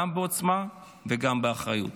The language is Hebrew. גם בעוצמה וגם באחריות.